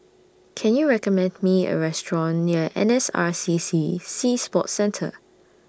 Can YOU recommend Me A Restaurant near N S R C C Sea Sports Centre